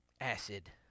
acid